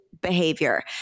behavior